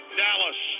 dallas